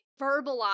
verbalize